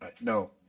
No